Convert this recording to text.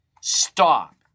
Stop